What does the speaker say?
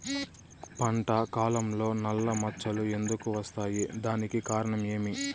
పంట కాలంలో నల్ల మచ్చలు ఎందుకు వస్తాయి? దానికి కారణం ఏమి?